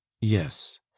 yes